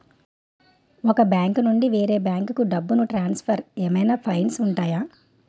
ఒక బ్యాంకు నుండి వేరే బ్యాంకుకు డబ్బును ట్రాన్సఫర్ ఏవైనా ఫైన్స్ ఉంటాయా?